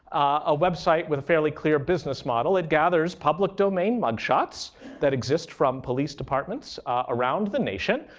a website with a fairly clear business model. it gathers public domain mugshots that exist from police departments around the nation.